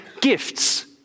gifts